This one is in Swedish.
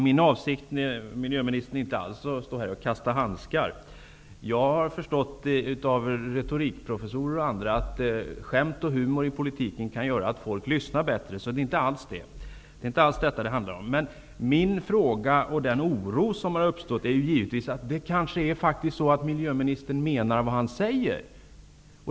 Fru talman! Min avsikt är inte alls att stå här och kasta handskar, miljöministern. Jag har förstått av retorikprofessorer och andra att skämt och humor i politiken kan göra att folk lyssnar bättre. Men det är inte alls detta det handlar om. Min fråga och den oro som uppstått har sin grund i att miljöministern kanske menar vad han säger.